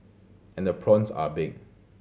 and the prawns are big